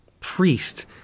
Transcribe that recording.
priest